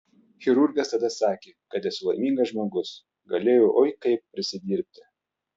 chirurgas tada sakė kad esu laimingas žmogus galėjau oi kaip prisidirbti